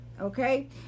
Okay